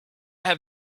have